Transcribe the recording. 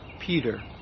Peter